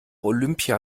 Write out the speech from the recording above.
olympia